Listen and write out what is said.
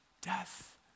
death